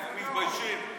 לא מתביישים.